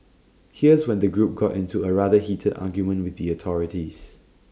here's when the group got into A rather heated argument with the authorities